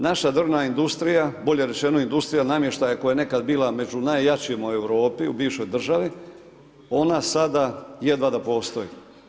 Naša drvna industrija, bolje rečeno industrija namještaja koja je nekada bila među najjačima u Europi, u bivšoj državi, ona sada jedva da postoji.